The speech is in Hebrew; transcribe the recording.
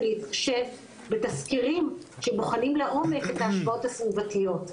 זה להתחשב בתזכירים שבוחנים לעומק את ההשפעות הסביבתיות,